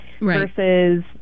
versus